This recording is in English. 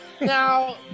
Now